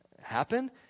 happen